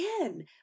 Again